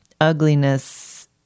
ugliness